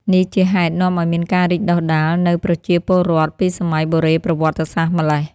នោះជាហេតុនាំឱ្យមានការរីកដុះដាលនូវប្រជាពលរដ្ឋ ពីសម័យបុរេប្រវត្តិសាស្រ្តម៉្លេះ។